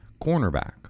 cornerback